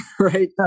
right